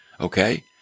okay